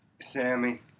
Sammy